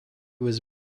was